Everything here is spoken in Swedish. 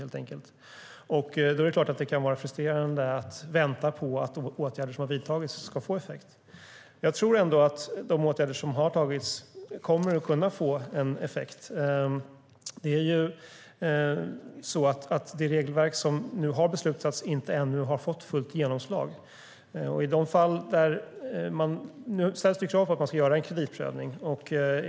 Det är klart att det då är frustrerande att vänta på att åtgärder som har vidtagits ska få effekt. Jag tror ändå att de åtgärder som har vidtagits kommer att kunna ge effekt. Det regelverk som det nu har beslutats om har inte fått fullt genomslag ännu. Nu ställs det krav på att man ska göra en kreditprövning.